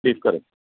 beef curry